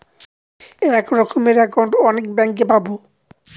এক রকমের একাউন্ট অনেক ব্যাঙ্কে পাবো